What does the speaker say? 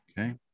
okay